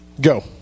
go